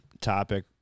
topic